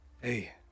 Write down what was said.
Hey